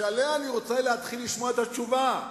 שעליה אני רוצה להתחיל לשמוע את התשובה.